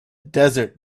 desert